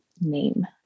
name